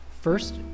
First